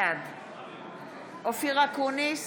בעד אופיר אקוניס,